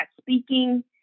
speaking